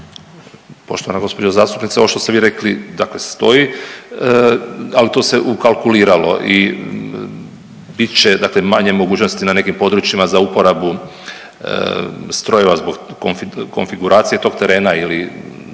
Poštovana gospođo zastupnice ovo što ste vi rekli dakle stoji, ali to se ukalkuliralo i bit će dakle manje mogućnosti na nekim područjima za uporabu strojeva zbog konfiguracije tog terena ili